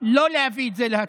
שלא להביא את זה להצבעה.